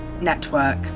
network